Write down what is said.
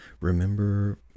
remember